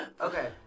okay